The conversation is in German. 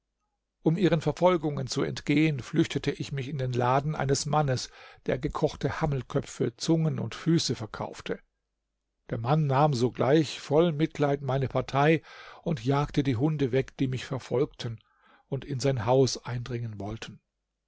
um ihren verfolgungen zu entgehen flüchtete ich mich in den laden eines mannes der gekochte hammelköpfe zungen und füße verkaufte der mann nahm sogleich voll mitleid meine partei und jagte die hunde weg die mich verfolgten und in sein haus eindringen wollten